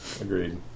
Agreed